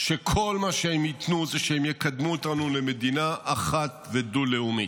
שכל מה שהם ייתנו זה שהם יקדמו אותנו למדינה אחת ודו-לאומית.